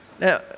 Now